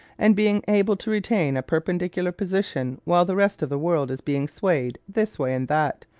and being able to retain a perpendicular position while the rest of the world is being swayed this way and that,